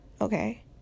okay